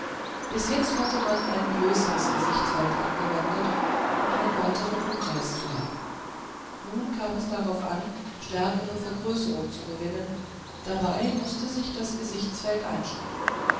bis jetzt hatte man ein größeres gesichtsfeld angewendet um einen weiteren umblick zu haben nun kam es darauf an stärkere vergrößerung zu gewinnen dabei mußte sich das gesichtsfeld einschränken